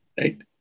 Right